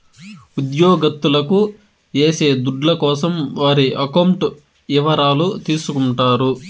ఉద్యోగత్తులకు ఏసే దుడ్ల కోసం వారి అకౌంట్ ఇవరాలు తీసుకుంటారు